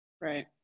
Right